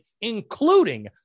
including